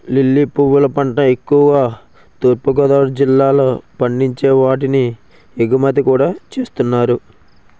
lily పువ్వుల పంట ఎక్కువుగా తూర్పు గోదావరి జిల్లాలో పండించి వాటిని ఎగుమతి కూడా చేస్తున్నారు